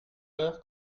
heure